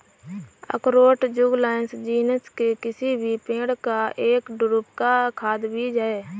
अखरोट Juglans genus के किसी भी पेड़ के एक ड्रूप का खाद्य बीज है